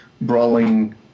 brawling